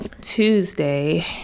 Tuesday